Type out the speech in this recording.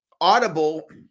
Audible